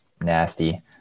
nasty